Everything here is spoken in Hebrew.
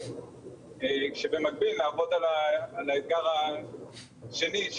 כשבמקביל נעבוד על האתגר השני,